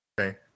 Okay